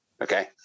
okay